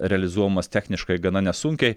realizuojamas techniškai gana nesunkiai